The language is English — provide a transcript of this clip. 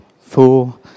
four